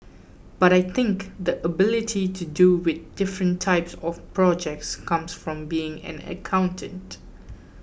but I think the ability to deal with different types of projects comes from being an accountant